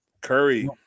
Curry